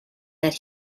that